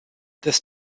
this